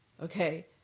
okay